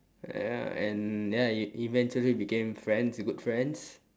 ya and ya e~ eventually became friends good friends